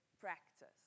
practice